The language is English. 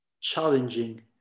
challenging